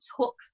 took